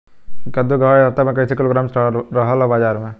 कद्दू के भाव इ हफ्ता मे कइसे किलोग्राम रहल ह बाज़ार मे?